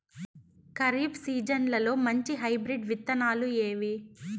ఖరీఫ్ సీజన్లలో మంచి హైబ్రిడ్ విత్తనాలు ఏవి